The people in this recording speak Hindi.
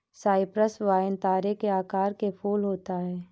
साइप्रस वाइन तारे के आकार के फूल होता है